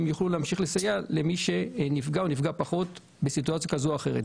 יוכלו להמשיך לסייע למי שנפגע או נפגע פחות בסיטואציה כזו או אחרת.